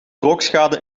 rookschade